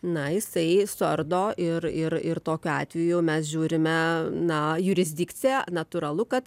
na jisai suardo ir ir ir tokiu atveju mes žiūrime na jurisdikciją natūralu kad